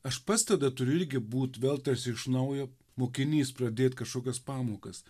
aš pats tada turiu irgi būt vėl tas iš naujo mokinys pradėt kažkokias pamokas